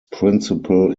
principal